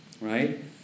right